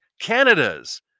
Canada's